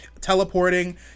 teleporting